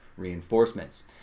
reinforcements